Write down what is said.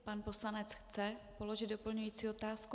Pan poslanec chce položit doplňující otázku.